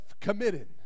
committed